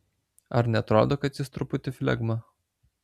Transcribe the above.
ar neatrodo kad jis truputį flegma